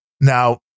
Now